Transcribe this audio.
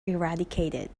eradicated